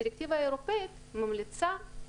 הדירקטיבה האירופאית ממליצה,